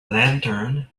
lantern